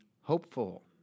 hopeful